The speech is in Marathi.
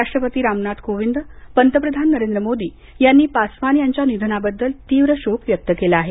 राष्ट्रपती रामनाथ कोविंद पंतप्रधान नरेंद्र मोदी यांनी पासवान यांच्या निधनाबद्दल तीव्र शोक व्यक्त केला आहे